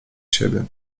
siebie